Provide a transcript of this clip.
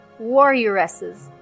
warrioresses